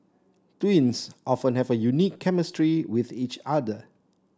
twins often have a unique chemistry with each other